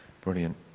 Brilliant